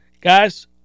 guys